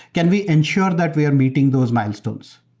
can we ensure that we are meeting those milestones?